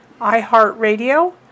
iHeartRadio